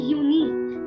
unique